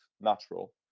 natural